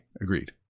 Agreed